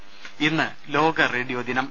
ദരദ ഇന്ന് ലോക റേഡിയോ ദിനം